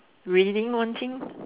reading one thing